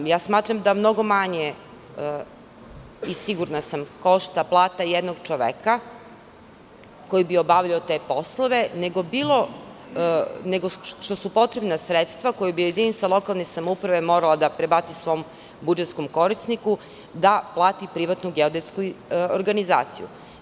Smatram i sigurna sam da mnogo manje košta plata jednog čoveka koji bi obavljao te poslove, nego što su potrebna sredstva koja bi jedinica lokalne samouprave morala da prebaci svom budžetskom korisniku da plati privatnu geodetsku organizaciju.